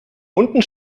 unten